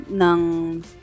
ng